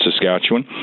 Saskatchewan